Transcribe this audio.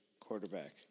quarterback